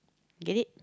get it